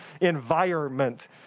environment